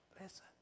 listen